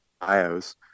bios